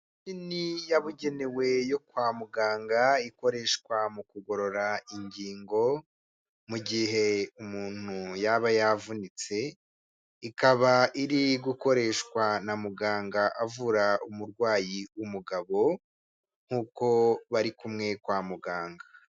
Imashini yabugenewe yo kwa muganga, ikoreshwa mu kugorora ingingo, mu gihe umuntu yaba yavunitse, ikaba iri gukoreshwa na muganga avura umurwayi w'umugabo nk'uko bari kumwe kwa muganga.